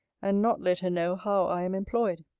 and not let her know how i am employed.